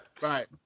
Right